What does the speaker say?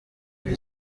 iri